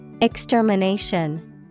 Extermination